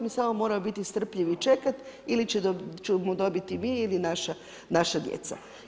Mi samo moramo biti strpljivi i čekati ili ćemo dobiti ili mi ili naša djeca.